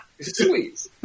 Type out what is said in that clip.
sweet